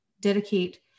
dedicate